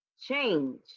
change